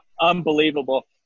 unbelievable